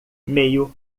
meio